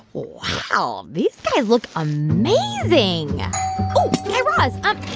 wow. these guys look amazing oh, guy raz. um